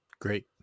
Great